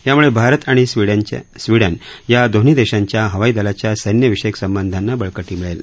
यामुळे भारत आणि स्वीडनच्या या दोन्ही देशांच्या हवाईदलाच्या सैन्य विषयक संबंधांना बळकटी मिळेल